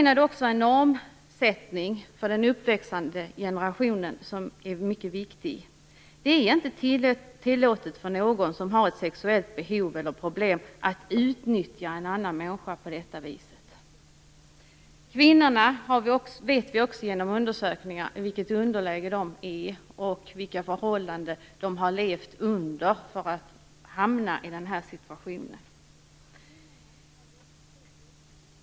Det handlar också om det viktiga att sätta upp normer för den uppväxande generationen - att det inte är tillåtet för någon som har ett sexuellt behov eller problem att utnyttja en annan människa på detta sätt. Vi vet genom undersökningar vilket underläge de prostituerade kvinnorna befinner sig i och vilka förhållanden de har levt under för att hamna i denna situation.